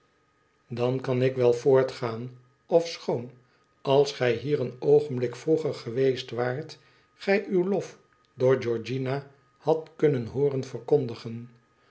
dan kan ik wel voortgaan pfiscboon als gij hier een oogenblik vroeger geweest waart gij nw lof door georgiana hadt kunnen hooren verkondigen